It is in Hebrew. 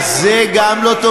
אז זה גם לא טוב?